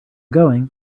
going